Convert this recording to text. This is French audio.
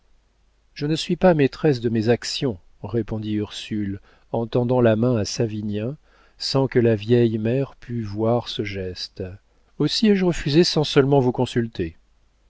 je ne suis pas maîtresse de mes actions répondit ursule en tendant la main à savinien sans que la vieille mère pût voir ce geste aussi ai-je refusé sans seulement vous consulter